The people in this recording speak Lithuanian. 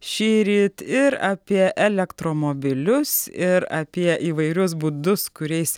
šįryt ir apie elektromobilius ir apie įvairius būdus kuriais